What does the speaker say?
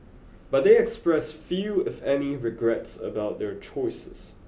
but they expressed few if any regrets about their choices